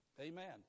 Amen